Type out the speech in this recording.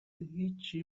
هیچی